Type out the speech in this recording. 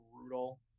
brutal